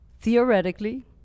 Theoretically